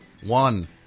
One